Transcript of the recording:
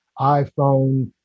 iPhone